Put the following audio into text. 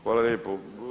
Hvala lijepa.